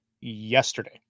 yesterday